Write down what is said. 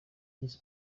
yise